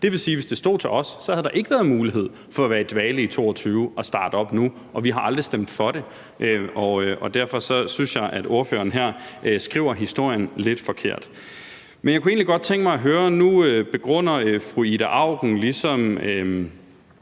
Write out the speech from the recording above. Det vil sige, at hvis det stod til os, havde der ikke været mulighed for at være i dvale i 2022 og starte op nu. Vi har aldrig stemt for det, og derfor synes jeg, at ordføreren her skriver historien lidt forkert. Men jeg kunne egentlig godt tænke mig at høre om noget. Nu begrunder fru Ida Auken ligesom